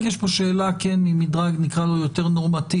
רק יש פה שאלה ממדרג נקרא לו יותר נורמטיבי,